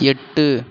எட்டு